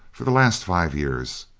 for the last five years.